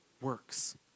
works